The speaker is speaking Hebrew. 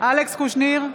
אלכס קושניר,